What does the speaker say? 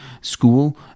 School